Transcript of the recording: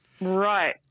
Right